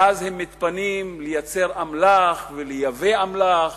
ואז הם מתפנים לייצר אמל"ח ולייבא אמל"ח